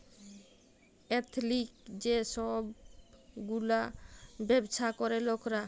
এথলিক যে ছব গুলা ব্যাবছা ক্যরে লকরা